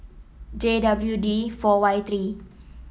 J W D four Y three